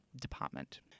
department